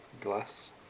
glass